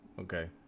Okay